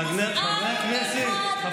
שוטרים מוסלמים, חברי הכנסת.